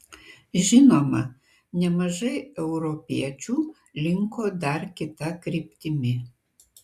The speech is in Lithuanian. žinoma nemažai europiečių linko dar kita kryptimi